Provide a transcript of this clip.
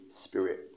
Spirit